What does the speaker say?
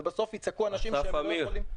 ובסוף יצעקו אנשים שהם לא יכולים --- אמיר,